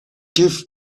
give